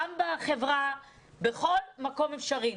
גם בחברה, בכל מקום אפשרי.